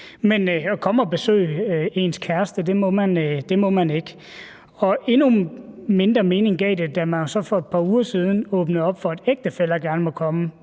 Men komme og besøge ens kæreste må man ikke. Endnu mindre mening gav det, da man så for et par uger siden åbnede op for, at ægtefæller gerne må komme,